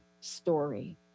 story